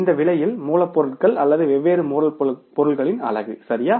இந்த விலையில் மூலப்பொருள் அல்லது வெவ்வேறு மூலப்பொருட்களின் அலகு சரியா